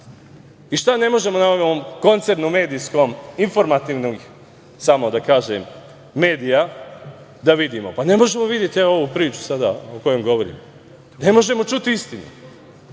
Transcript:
i šta ne možemo na ovom koncernom, medijskom, informativnog, samo da kažem medija da vidimo, pa ne možemo videti ovu priču sada o kojoj govorim, ne možemo čuti istinu. Mi